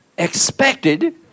expected